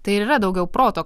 tai ir yra daugiau proto